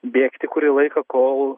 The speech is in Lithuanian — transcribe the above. bėgti kurį laiką kol